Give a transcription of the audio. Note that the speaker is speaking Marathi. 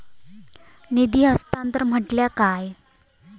निधी हस्तांतरण म्हटल्या काय?